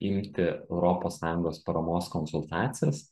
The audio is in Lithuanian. imti europos sąjungos paramos konsultacijas